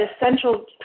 essential